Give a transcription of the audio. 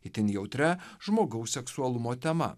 itin jautria žmogaus seksualumo tema